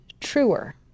truer